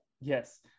Yes